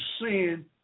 sin